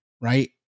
right